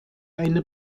eine